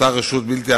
תאי "הג'יהאד